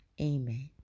Amen